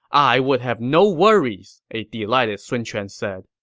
i would have no worries! a delighted sun quan said.